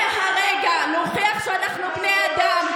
זה הרגע להוכיח שאנחנו בני אדם.